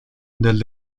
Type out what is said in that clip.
del